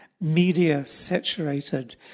media-saturated